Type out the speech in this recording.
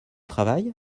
travail